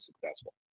successful